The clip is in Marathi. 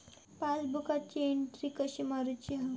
पासबुकाची एन्ट्री कशी मारुची हा?